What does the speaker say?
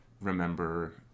remember